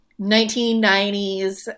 1990s